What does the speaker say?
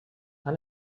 han